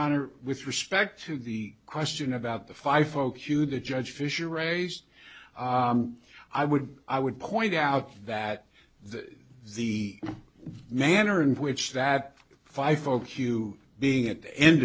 honor with respect to the question about the five folk you the judge fisher raised i would i would point out that the the manner in which that five folk you being at the end